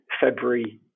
February